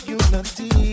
unity